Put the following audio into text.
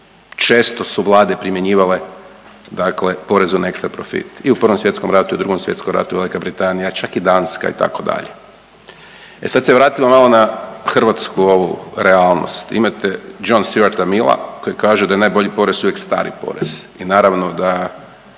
često su Vlade primjenjivale dakle porez na ekstra profit i u Prvom svjetskom ratu i u Drugom svjetskom ratu i Velika Britanija, čak i Danska itd.. E sad se vratimo malo na hrvatsku ovu realnost, imate John Stuarta Milla koji kaže da je najbolji porez uvijek stari porez i naravno da